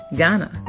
Ghana